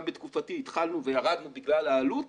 גם בתקופתי התחלנו וירדנו בגלל העלות.